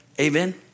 Amen